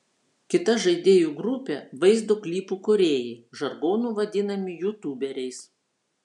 kita žaidėjų grupė vaizdo klipų kūrėjai žargonu vadinami jutuberiais